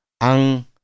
Ang